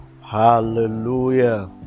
hallelujah